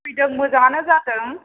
फैदों मोजाङानो जादों